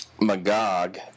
Magog